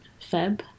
Feb